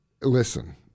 listen